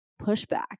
pushback